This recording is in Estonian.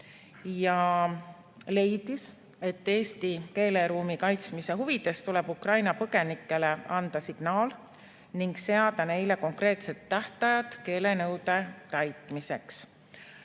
ja leidis, et eesti keeleruumi kaitsmise huvides tuleb Ukraina põgenikele anda signaal ning seada neile konkreetsed tähtajad keelenõude täitmiseks.